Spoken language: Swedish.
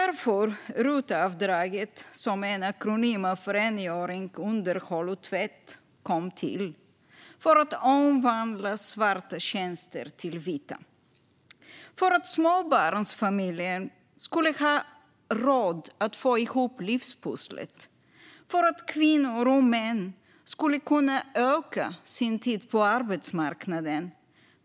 RUT-avdraget, som är en akronym av rengöring, underhåll och tvätt, kom till för att omvandla svarta tjänster till vita, för att småbarnsfamiljer skulle ha råd att få ihop livspusslet och för att kvinnor och män skulle kunna öka sin tid på arbetsmarknaden.